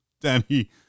Danny